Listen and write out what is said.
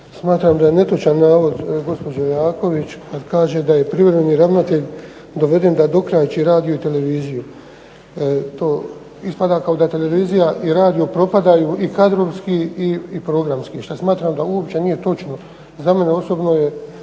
Smatram da je netočan navod gospođe Leaković kada je privremeni ravnatelj doveden da dokrajči radioteleviziju. To ispada kao da radiotelevizija propadaju i kadrovski i programski što smatram da uopće nije točno. Za mene osobno je